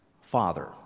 Father